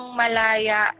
malaya